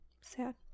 Sad